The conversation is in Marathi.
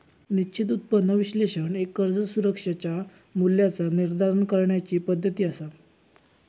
निश्चित उत्पन्न विश्लेषण एक कर्ज सुरक्षेच्या मूल्याचा निर्धारण करण्याची पद्धती असा